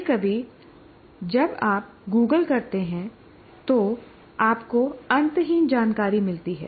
कभी कभी जब आप गूगल करते हैं तो आपको अंतहीन जानकारी मिलती है